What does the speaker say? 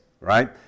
right